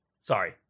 Sorry